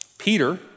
Peter